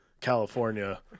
California